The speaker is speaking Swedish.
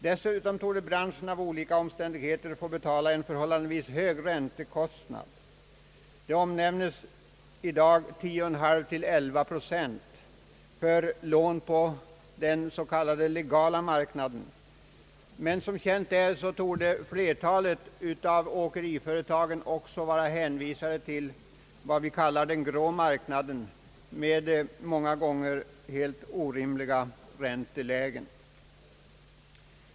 Dessutom torde branschen på grund av olika omständigheter få betala en förhållandevis hög räntekostnad. Det talas i dag om 10,5—11 procents ränta för lån på den s.k. legala marknaden, men som känt är torde flertalet av åkeriföretagen också vara hänvisade till vad vi kallar den grå marknaden med många gånger helt orimliga räntelägen.